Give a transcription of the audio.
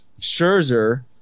Scherzer